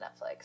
Netflix